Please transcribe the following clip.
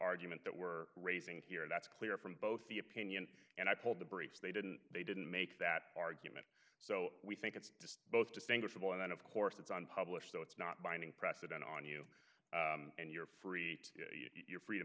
argument that we're raising here that's clear from both the opinion and i pulled the brakes they didn't they didn't make that argument so we think it's just both distinguishable and then of course it's unpublished so it's not binding precedent on you and you're free you're free to